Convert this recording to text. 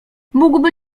mógłby